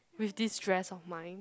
with this stress of mind